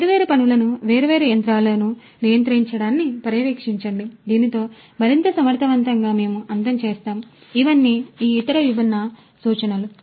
వేర్వేరు పనులను వేర్వేరు యంత్రాలను నియంత్రించడాన్ని పర్యవేక్షించండి దీనితో మరింత సమర్థవంతంగా మేము అంతం చేస్తాము ఇవన్నీ ఈ ఇతర విభిన్న సూచనలు